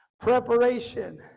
preparation